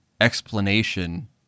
explanation